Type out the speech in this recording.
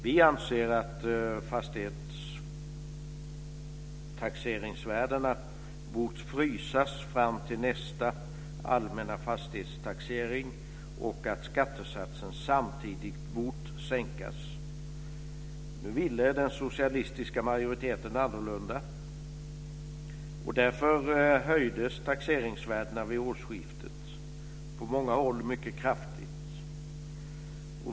Vi anser att fastighetstaxeringsvärdena bort frysas fram till nästa allmänna fastighetstaxering och att skattesatsen samtidigt bort sänkas. Nu ville den socialistiska majoriteten annorlunda, och därför höjdes taxeringsvärdena vid årsskiftet på många håll mycket kraftigt.